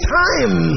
time